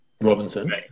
Robinson